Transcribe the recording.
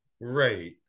Right